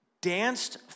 danced